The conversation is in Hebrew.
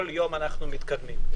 כל יום אנחנו מתקדמים בנושא זה.